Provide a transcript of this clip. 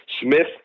Smith